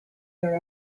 their